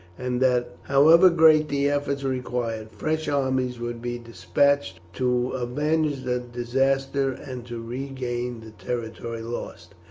and that however great the effort required, fresh armies would be despatched to avenge the disaster and to regain the territory lost.